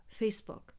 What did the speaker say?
Facebook